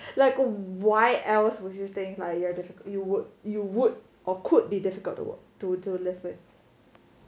like why else would you think like you have to you would you would or could be difficult to work to do live it